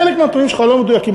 חלק מהנתונים שלך לא מדויקים,